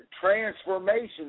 transformation